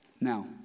Now